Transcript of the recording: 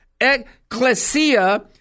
ecclesia